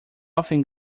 often